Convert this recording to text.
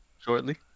shortly